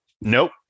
nope